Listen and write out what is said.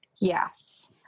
Yes